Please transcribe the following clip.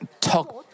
talk